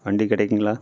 வண்டி கிடைக்குங்களா